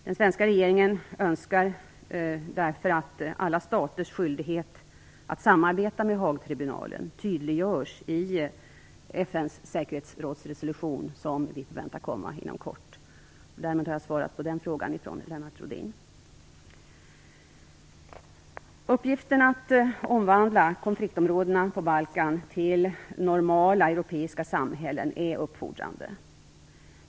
Den svenska regeringen önskar därför att alla staters skyldighet att samarbeta med Haagtribunalen tydliggörs i FN:s säkerhetsråds resolution som väntas komma inom kort. Därmed har jag svarat på frågan från Lennart Rohdin. Uppgiften att omvandla konfliktområdena på Balkan till normala europeiska samhällen är uppfordrande.